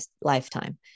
lifetime